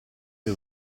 per